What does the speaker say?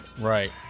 Right